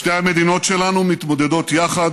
שתי המדינות שלנו מתמודדות יחד